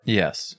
yes